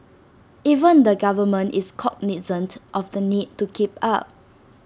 even the government is cognisant of the need to keep up